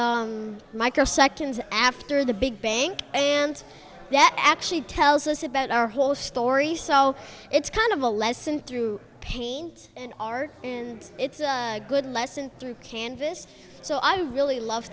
the microsecond after the big bang and that actually tells us about our whole story so it's kind of a lesson through paint and art and it's a good lesson through canvas so i really love